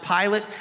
Pilate